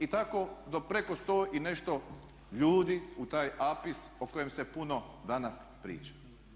I tako do preko 100 i nešto ljudi u taj APIS o kojem se puno danas priča.